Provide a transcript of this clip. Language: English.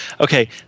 Okay